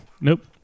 Nope